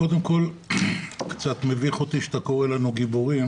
קודם כול, קצת מביך אותי שאתה קורא לנו גיבורים.